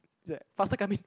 faster come in